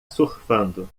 surfando